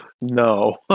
No